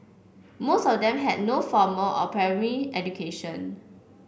most of them had no formal or primary education